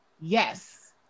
yes